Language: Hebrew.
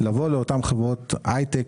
לבוא לאותן חברות הייטק,